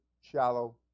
shallow